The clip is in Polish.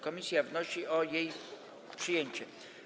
Komisja wnosi o jej przyjęcie.